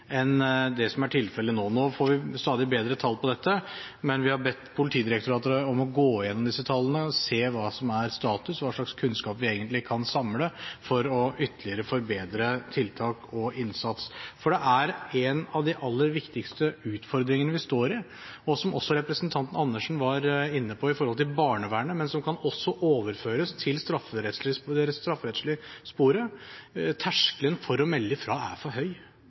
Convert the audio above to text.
enn det som er tilfellet nå. Nå får vi stadig bedre tall på dette, men vi har bedt Politidirektoratet om å gå igjennom disse tallene, se hva som er status, hva slags kunnskap vi egentlig kan samle for ytterligere å forbedre tiltak og innsats, for det er en av de aller viktigste utfordringene vi står i. Som også representanten Andersen var inne på når det gjelder barnevernet, men som også kan overføres til det strafferettslige sporet: Terskelen for å melde fra er for høy.